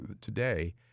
today